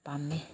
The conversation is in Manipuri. ꯄꯥꯝꯃꯦ